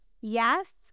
Yes